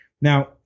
Now